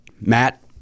Matt